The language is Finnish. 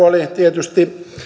oli tietysti